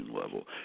level